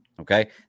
Okay